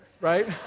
right